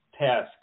task